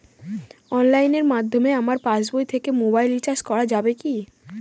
অনলাইনের মাধ্যমে আমার পাসবই থেকে মোবাইল রিচার্জ করা যাবে কি?